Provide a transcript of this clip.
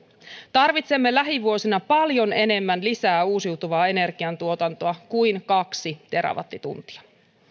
tarvitsemme lähivuosina paljon enemmän lisää uusiutuvaa energiantuotantoa kuin kaksi terawattituntia